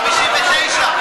השאלה.